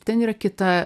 ten yra kita